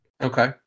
Okay